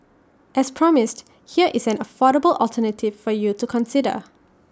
as promised here is an affordable alternative for you to consider